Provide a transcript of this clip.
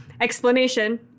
explanation